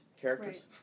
characters